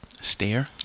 Stare